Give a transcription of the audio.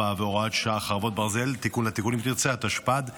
4 והוראת שעה, חרבות ברזל), התשפ"ד 2024,